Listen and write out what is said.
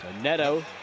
Neto